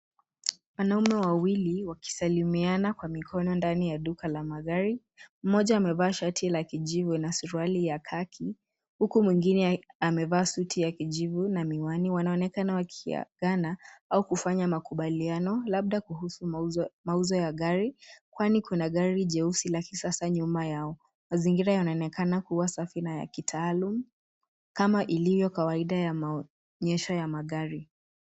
Wanaume wawili wakisalimiana kwa mikono ndani ya duka la magari. Mmoja amevaa shati la kijivu na suruali ya kaki huku mwingine amevaa suti ya kijivu na miwani. Wanaonekana wakiagana au kufanya makubaliano labda kuhusu mauzo ya gari kwani kuna gari jeusi la kisasa nyuma yao. Mazingira yanaonekana kuwa safi na ya kitaalum kama iliyo kawaida ya maonyesho ya magari.